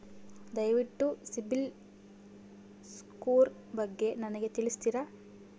ದಯವಿಟ್ಟು ಸಿಬಿಲ್ ಸ್ಕೋರ್ ಬಗ್ಗೆ ನನಗೆ ತಿಳಿಸ್ತೀರಾ?